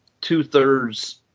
two-thirds